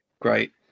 great